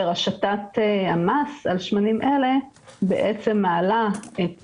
השתת המס על שמנים אלה בעצם מעלה את